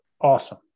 awesome